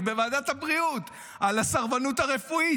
בוועדת הבריאות על הסרבנות הרפואית.